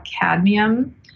cadmium